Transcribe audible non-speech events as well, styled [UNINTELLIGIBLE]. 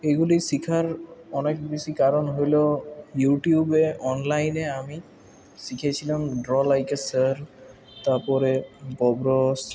এগুলি শেখার অনেক বেশি কারণ হল ইউটিউবে অনলাইনে আমি শিখেছিলাম ড্র লাইক এ সার তারপরে [UNINTELLIGIBLE]